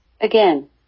Again